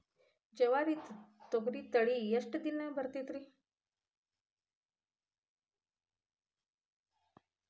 ಜವಾರಿ ತೊಗರಿ ತಳಿ ಎಷ್ಟ ದಿನಕ್ಕ ಬರತೈತ್ರಿ?